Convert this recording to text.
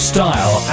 Style